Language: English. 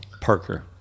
Parker